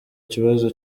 ikibazo